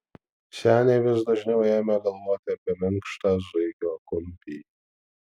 seniai vis dažniau ėmė galvoti apie minkštą zuikio kumpį